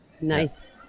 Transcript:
nice